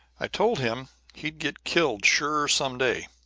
i told him he'd get killed sure some day,